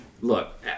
Look